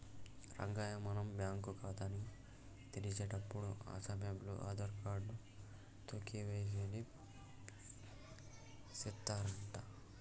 రంగయ్య మనం బ్యాంకు ఖాతాని తెరిచేటప్పుడు ఆ సమయంలో ఆధార్ కార్డు తో కే.వై.సి ని సెత్తారంట